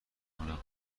کنم